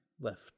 left